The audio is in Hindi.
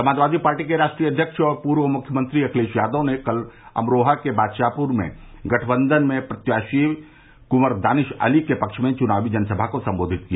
समाजवादी पार्टी के राष्ट्रीय अध्यक्ष और पूर्व मुख्यमंत्री अखिलेश यादव ने कल अमरोहा के बादशाहपुर में गठबंधन में बसपा प्रत्याशी कुंवर दानिश अली के पक्ष में चुनावी जनसभा को संबोधित किया